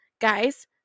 guys